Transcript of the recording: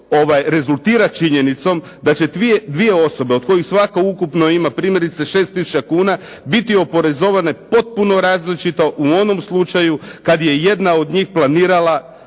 rezultira činjenicom da će dvije osobe od kojih svaka ukupno ima 6000 kuna biti oporezovane potpuno različito kada je jedna od njih planirala